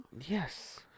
yes